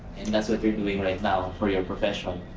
and that's what you're doing right now for your profession,